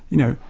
you know,